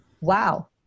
wow